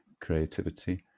creativity